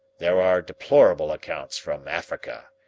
there are deplorable accounts from africa,